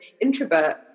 introvert